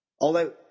Although